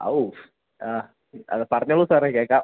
ആവൂ ആ അത് പറഞ്ഞോളൂ സാറേ കേൾക്കാം